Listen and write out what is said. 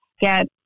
get